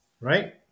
right